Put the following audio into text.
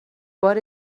بار